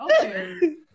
okay